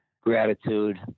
gratitude